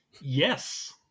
Yes